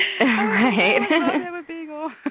right